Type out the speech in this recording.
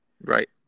Right